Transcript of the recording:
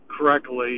correctly